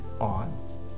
on